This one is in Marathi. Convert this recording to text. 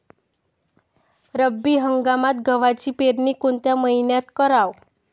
रब्बी हंगामात गव्हाची पेरनी कोनत्या मईन्यात कराव?